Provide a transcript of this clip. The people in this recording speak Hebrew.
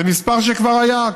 זה מספר שכבר היה,